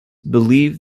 believe